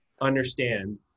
understand